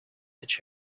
each